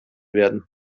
werden